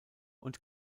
und